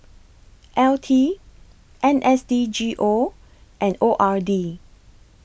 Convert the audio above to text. L T N S D G O and O R D